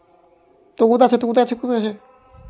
कनेर केर लगभग चारि गो परजाती मिलै छै